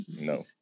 No